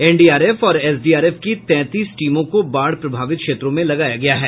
NDRF और SDRF की तैंतीस टीमों को बाढ़ प्रभावित क्षेत्रों में लगाया गया है